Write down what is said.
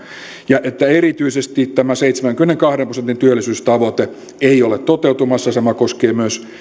ja että erityisesti tämä seitsemänkymmenenkahden prosentin työllisyystavoite ei ole toteutumassa sama koskee myös